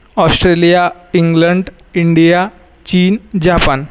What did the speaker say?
Australia England India चीन Japan